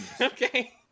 Okay